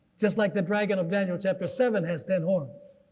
just like the dragon of daniel chapter seven has ten horns.